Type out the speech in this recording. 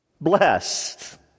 blessed